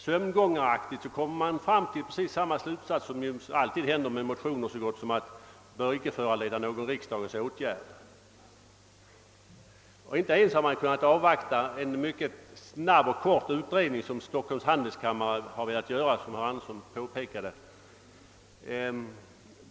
Sömngångaraktigt kommer man fram till precis den slutsats som nästan alltid drabbar en motion, nämligen att den icke bör föranleda någon riksdagens åtgärd. Utskottet har inte ens kunnat avvakta en mycket snabb och kort utredning som Stockholms handelskammare har velat göra; det påpekade också herr Andersson i Örebro.